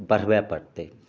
बढ़बए पड़तै